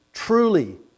Truly